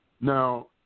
Now